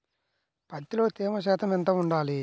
పత్తిలో తేమ శాతం ఎంత ఉండాలి?